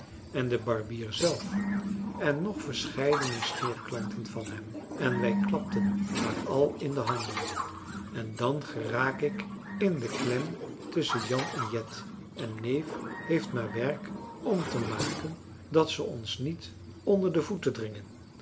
en de barbier zelf en nog verscheiden scheerklanten van hem en wij klapten maar al in de handen en dan geraak ik in de klem tusschen jan en jet en neef heeft maar werk om te maken dat ze ons niet onder de voeten dringen